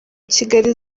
kigali